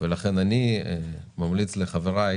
ולכן אני ממליץ לחבריי